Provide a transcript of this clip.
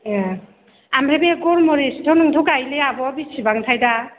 ए ओमफ्राय बे गलमरिसखौथ' नोंथ' गायोलै आब' बेसेबांथाय दा